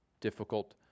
difficult